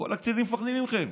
כל הקצינים מפחדים מכם,